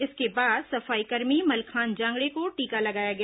इसके बाद सफाईकर्मी मलखान जांगड़े को टीका लगाया गया